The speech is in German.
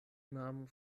namen